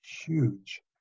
huge